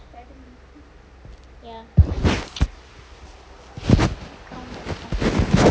ya